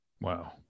Wow